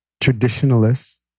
traditionalists